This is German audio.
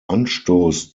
anstoß